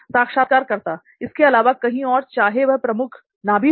साक्षात्कारकर्ता उसके अलावा कहीं और चाहे वह प्रमुख ना भी हो